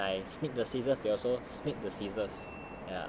so when I sneak the seasons they also sneak the scissors